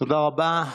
תודה רבה.